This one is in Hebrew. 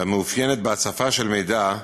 המתאפיינת בהצפה של מידע,